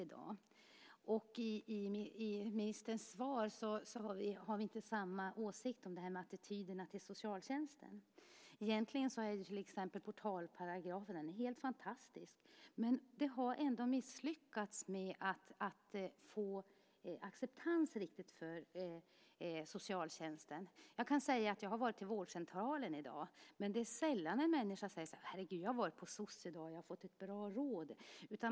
Som jag ser i ministerns svar har vi inte samma åsikt om attityderna till socialtjänsten. Egentligen är portalparagrafen helt fantastisk, men vi har ändå misslyckats med att riktigt få acceptans för socialtjänsten. Jag kan säga att jag har varit till vårdcentralen i dag, men det är sällan en människa säger: Jag har varit på soc i dag och fått ett bra råd.